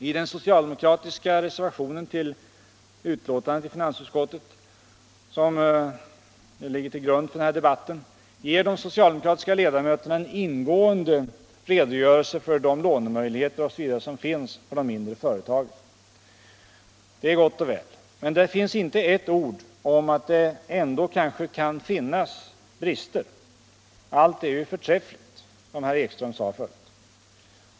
I den socialdemokratiska reservationen till det betänkande från finansutskottet som ligger till grund för den här debatten, ger de socialdemokratiska ledamöterna en ingående redogörelse för de lånemöjligheter osv. som finns för de mindre företagen. Det är gott och väl. Men där finns inte ett ord om att det ändå kanske kan finnas brister. Allt är förträffligt, som herr Ekström sade förut.